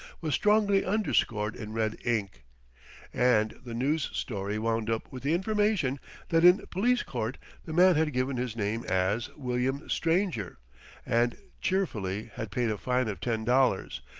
was strongly underscored in red ink and the news-story wound up with the information that in police court the man had given his name as william stranger and cheerfully had paid a fine of ten dollars,